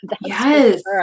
Yes